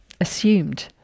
assumed